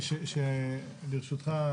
שברשותך,